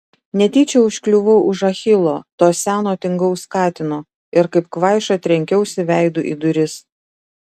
netyčia užkliuvau už achilo to seno tingaus katino ir kaip kvaiša trenkiausi veidu į duris